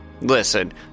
Listen